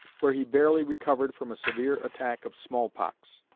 where he barely recovered from a severe attack of smallpox.